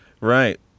Right